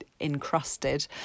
encrusted